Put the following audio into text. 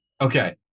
Okay